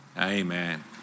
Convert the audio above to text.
Amen